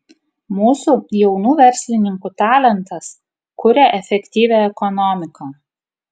mūsų jaunų verslininkų talentas kuria efektyvią ekonomiką